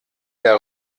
der